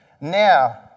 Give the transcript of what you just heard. now